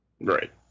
Right